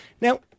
Now